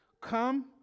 Come